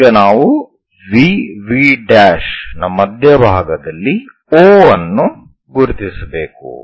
ಈಗ ನಾವು VV ನ ಮಧ್ಯಭಾಗದಲ್ಲಿ O ಅನ್ನು ಗುರುತಿಸಬೇಕು